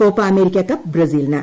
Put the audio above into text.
Copa America cup ബ്രസീലിന്